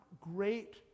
great